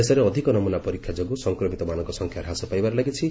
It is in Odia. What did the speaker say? ଦେଶରେ ଅଧିକ ନମୂନା ପରୀକ୍ଷା ଯୋଗୁଁ ସଂକ୍ରମିତମାନଙ୍କ ସଂଖ୍ୟା ହ୍ରାସ ପାଇବାରେ ଲାଗିଛି